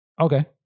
Okay